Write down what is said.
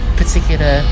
particular